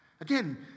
Again